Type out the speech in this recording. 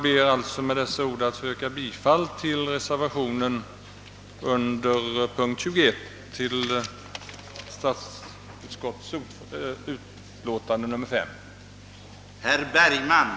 Med dessa ord ber jag att få yrka bifall till reservationen under punkten 21 till statsutskottets utlåtande nr 35.